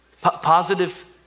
positive